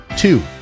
Two